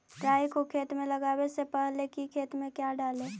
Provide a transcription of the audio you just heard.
राई को खेत मे लगाबे से पहले कि खेत मे क्या डाले?